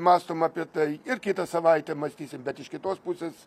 mąstom apie tai ir kitą savaitę mąstysim bet iš kitos pusės